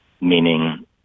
meaning